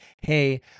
hey